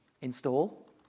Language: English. install